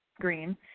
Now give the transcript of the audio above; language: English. green